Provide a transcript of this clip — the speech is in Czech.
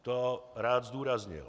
To rád zdůraznil.